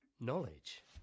Knowledge